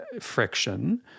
friction